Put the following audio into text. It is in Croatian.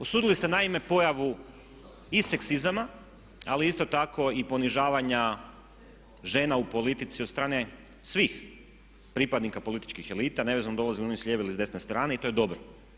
Osudili ste naime pojavu i seksizama ali isto tako i ponižavanja žena u politici od strane svih pripadnika političkih elita nevezano dolaze ili oni s lijeve ili s desne strane i to je dobro.